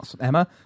Emma